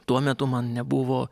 tuo metu man nebuvo